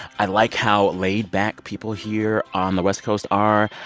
i like how laid-back people here on the west coast are.